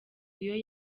iyo